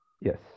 Yes